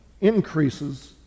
increases